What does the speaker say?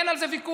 אין על זה ויכוח.